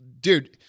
dude